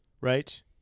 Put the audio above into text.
Right